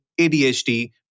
ADHD